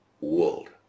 world